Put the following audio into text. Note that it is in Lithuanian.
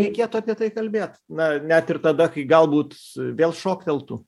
reikėtų apie tai kalbėt na net ir tada kai galbūt vėl šokteltų